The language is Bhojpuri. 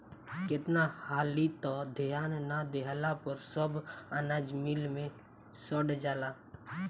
केतना हाली त ध्यान ना देहला पर सब अनाज मिल मे सड़ जाला